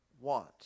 want